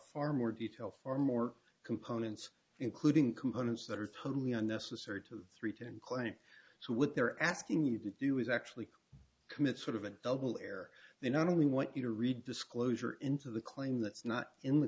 far more detail far more components including components that are totally unnecessary to three ten claims to what they're asking you to do is actually commit sort of a double air they not only want you to read disclosure into the claim that's not in the